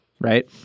Right